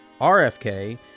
RFK